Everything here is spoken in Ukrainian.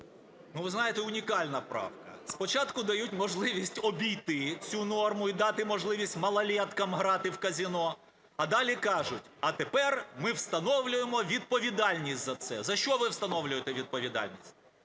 ви знаєте, унікальна правка. Спочатку дають можливість обійти цю норму і дати можливість малоліткам грати в казино, а далі кажуть: "А тепер ми встановлюємо відповідальність за це". За що ви встановлюєте відповідальність?